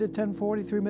1043